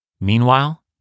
Meanwhile